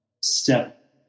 step